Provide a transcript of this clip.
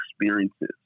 experiences